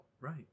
right